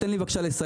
תן לי בבקשה לסיים.